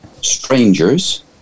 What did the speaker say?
strangers